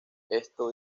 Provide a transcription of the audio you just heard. esto